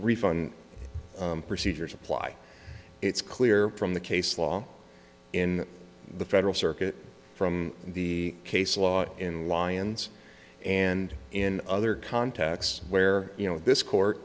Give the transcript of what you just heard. refund procedures apply it's clear from the case law in the federal circuit from the case law in lyons and in other contexts where you know this court